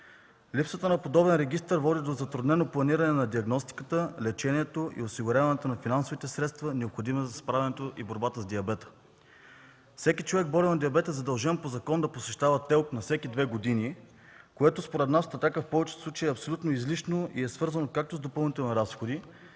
Липсата на подобен регистър води до затруднено планиране на диагностиката, лечението и осигуряването на финансовите средства, необходими за справянето и борбата с диабета. Всеки човек, болен от диабет, е задължен по закон да посещава ТЕЛК на всеки две години, което според нас от „Атака” в повечето случаи е абсолютно излишно и е свързано както с допълнителни разходи,